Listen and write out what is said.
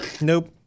Nope